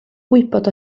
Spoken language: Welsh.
gwybod